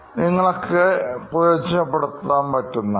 നിങ്ങളൊക്കെ പ്രയോജനപ്പെടുത്താൻ പറ്റുന്നതാണ്